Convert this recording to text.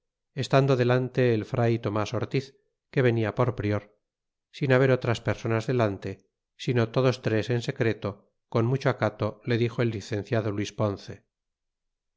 estando delante el fray tomas ortiz que venia por prior sin haber otras personas delante sino todos tres en secreto con mucho acato le dixo el licenciado luis ponce